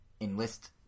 enlist